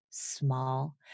small